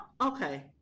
okay